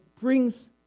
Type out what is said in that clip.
brings